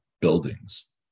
buildings